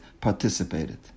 participated